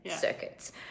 circuits